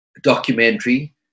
documentary